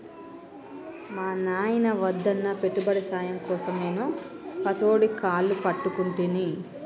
మా నాయిన వద్దన్నా పెట్టుబడి సాయం కోసం నేను పతోడి కాళ్లు పట్టుకుంటిని